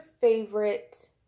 favorite